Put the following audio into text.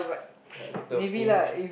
help the poor